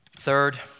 Third